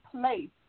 place